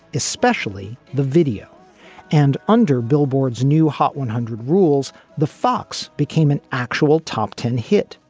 especially the video and under billboard's new hot one hundred rules the fox became an actual top ten hit,